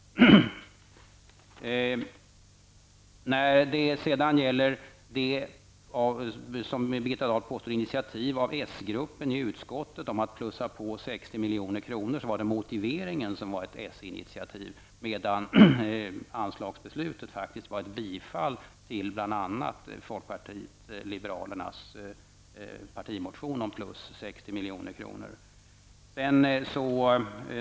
Birgitta Dahl talade om initiativet av s-gruppen i utskottet att plussa på 60 milj.kr. Det var motiveringen som var ett s-initiativ, medan anslagsbeslutet faktiskt var ett bifall till bl.a.